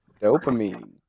dopamine